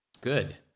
Good